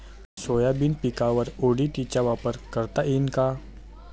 Soybean पिकावर ODT चा वापर करता येईन का?